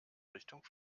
richtung